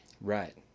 Right